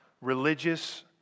religious